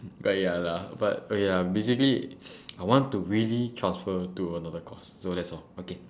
but ya lah but oh ya basically I want to really transfer to another course so that's all okay